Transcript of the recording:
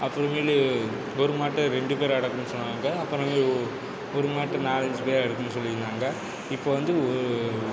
அப்புறமேல் ஒரு மாட்டை ரெண்டு பேர் அடக்கணும்னு சொன்னாங்க அப்புறமேல் ஒரு மாட்டை நாலஞ்சு பேர் எறக்கணும்னு சொல்லியிருந்தாங்க இப்போது வந்து ஒரு